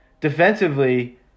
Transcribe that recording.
defensively